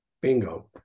Bingo